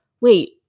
wait